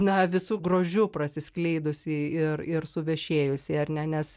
na visu grožiu prasiskleidusį ir ir suvešėjusį ar ne ne nes